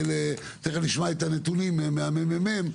תכף נשמע את הנתונים מהממ"מ,